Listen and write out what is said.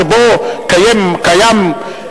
שבו קיימת,